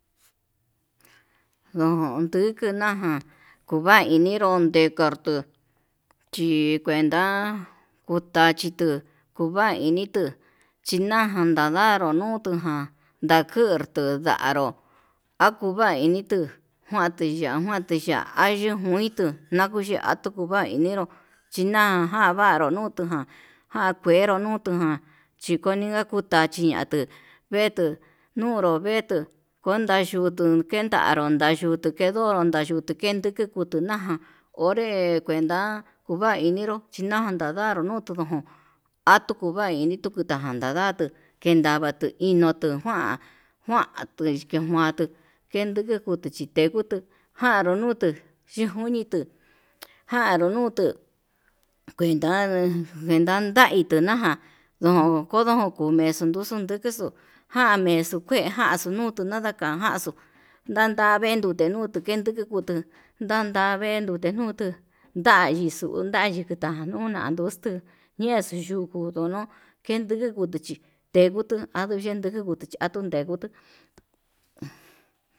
No'o ndukuna ján kuva'a inenro ndekondutu, chí kuenta kuu tachí tuu kuu vaini tuu chindajan navanru, nutuján ndakurtu ndanro nakuvainitu njuantiya njuantiya ayuu njuintu nakuya tuu nguan enero, china vanru nutuján jan kuero nutuján chikoniña kuu tachi ña'atu vetuu nunro vetuu konda yutu kendanro ta'a, yuu kendonro na yutuu ke'e kenduku kunaján onre kuenta uva'a inenro chinanda ndanró nutu jun atukuvai nokutaján nadato kendavato inotuu njuan, njuan tui kenatuu kenduku kunchitekutu januu nutu chinkunitu janró nutuu kuenta kuenta naina ján ndokondo kuumexu kuu xundukuxu, ján mexo'o kué jan xunutu nanda'a kanjanxo natavee nunde ndutu kendu tukutu ndandavendo kutenutu ndayixu nakitanu, unanduxtu yexuu yukutu no'o kende kuxichi endutu anduye ndejutu ya'a tundenguu.